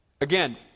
again